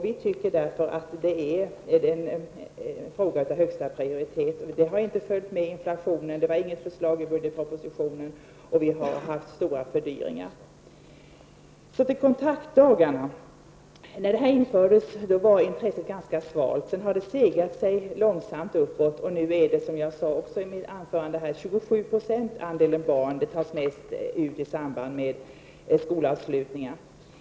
Vi tycker därför att detta är en fråga som bör ges högsta prioritet. Garantibeloppen har inte följt med inflationen. Det fanns inget förslag i budgetpropositionen, och vi har haft stora fördyringar. Så till kontaktdagarna. När de infördes var intresset ganska svalt. Sedan har det långsamt segat sig uppåt, och nu är andelen 27 %. De tas ut mest i samband med skolavslutningar.